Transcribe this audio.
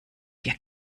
dir